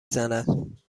زند